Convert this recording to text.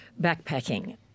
backpacking